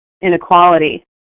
inequality